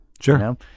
Sure